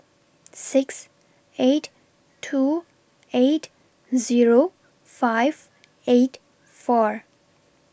six eight two eight Zero five eight four